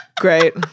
great